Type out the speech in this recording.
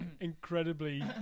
incredibly